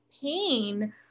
pain